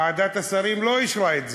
ועדת השרים לא אישרה את זה.